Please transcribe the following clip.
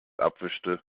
abwischte